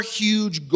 huge